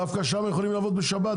דווקא שם יכולים לעבוד בשבת.